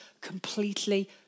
completely